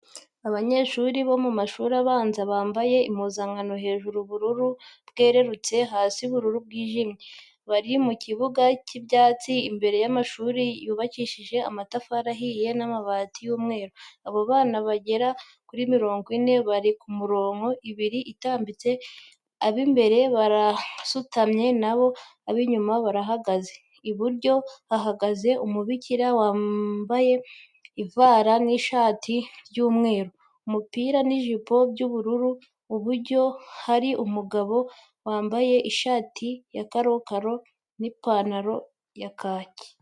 Abanyeshuri bo mu mashuri abanza bambaye impuzankano, hejuru ubururu bwerurutse, hasi ubururu bwijimye. Bari mu kibuga cy'ibyatsi, imbere y'amashuri yubakishije amatafari ahiye n'amabati y'umweru. Abo bana bagera kuri mirongo ine, bari ku mirongo ibiri itambitse, ab'imbere barasutamye naho ab'inyuma barahagaze. Iburyo hahagaze umubikira wambye ivara n'ishati by'umweru, umupira n'ijipo by'ubururu, iburyo hari umugabo wambaye ishati ya karokaro n'ipantaro ya kaki.